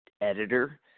editor